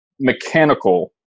mechanical